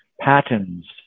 patterns